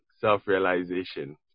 self-realization